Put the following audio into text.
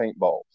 paintballs